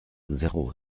zéro